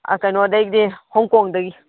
ꯀꯩꯅꯣꯗꯩꯅꯤ ꯍꯣꯡ ꯀꯣꯡꯗꯒꯤ